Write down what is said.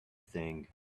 thing